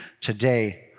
today